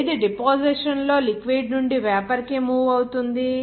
ఏది డిపోజిషన్ లో లిక్విడ్ నుండి వేపర్ కి మూవ్ అవుతుంది